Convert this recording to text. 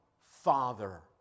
Father